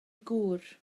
gŵr